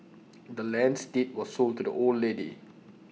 the land's deed was sold to the old lady